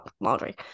laundry